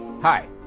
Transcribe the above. Hi